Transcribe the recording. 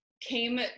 came